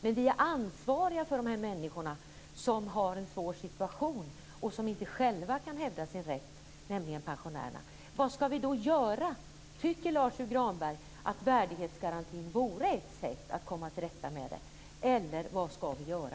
Men vi är ansvariga för de människor som har det svårt och som inte själva kan hävda sin rätt, nämligen pensionärerna. Vad ska vi då göra?